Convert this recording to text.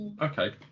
Okay